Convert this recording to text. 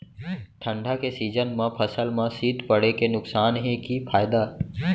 ठंडा के सीजन मा फसल मा शीत पड़े के नुकसान हे कि फायदा?